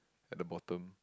at the bottom